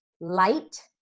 light